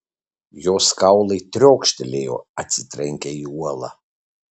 jos kaulai triokštelėjo atsitrenkę į uolą